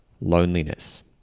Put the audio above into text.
loneliness